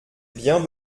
bien